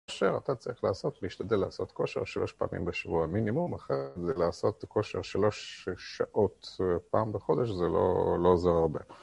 השאר אתה צריך לעשות, להשתדל לעשות כושר שלוש פעמים בשבוע, מינימום, אחרת זה לעשות כושר שלוש שעות פעם בחודש, זה לא עוזר הרבה